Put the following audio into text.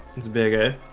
it's bigger